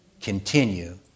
Continue